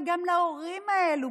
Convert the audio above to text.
וגם להורים האלה,